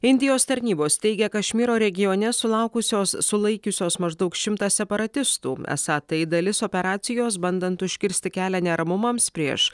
indijos tarnybos teigia kašmyro regione sulaukusios sulaikiusios maždaug šimtą separatistų esą tai dalis operacijos bandant užkirsti kelią neramumams prieš